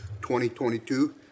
2022